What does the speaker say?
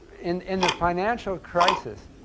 in in the financial crisis,